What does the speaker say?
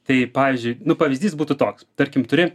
tai pavyzdžiui nu pavyzdys būtų toks tarkim turi